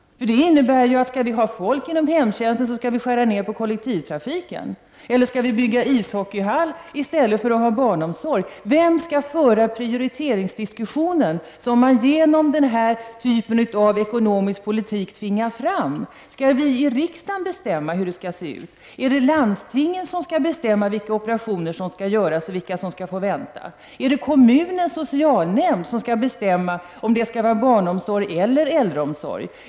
Det innebär att skall det finnas folk inom hemtjänsten måste man skära ned kollektivtrafiken. Skall vi bygga en ishockeyhall i stället för att ha barnomsorg? Vem skall föra prioriteringsdiskussionen som man genom denna typ av ekonomisk politik tvingar fram? Skall vi i riksdagen bestämma hur det skall se ut? Är det landstingen som skall bestämma vilka operationer som skall göras och vilka som skall få vänta? Är det kommunens socialnämnd som skall bestämma om det skall vara barnomsorg eller äldreomsorg?